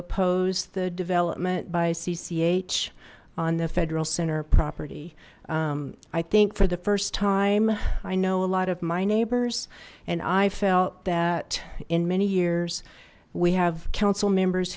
oppose the development by cch on the federal center property i think for the first time i know a lot of my neighbors and i felt that in many years we have council members